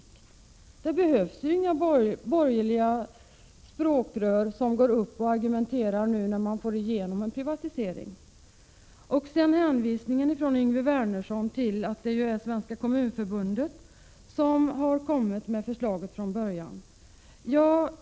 Det behövs ju inga borgerliga språkrör som går upp i talarstolen och argumenterar, när man nu ändå får igenom en privatisering. Yngve Wernersson hänvisar till att det är Kommunförbundet som från början kommit med förslaget.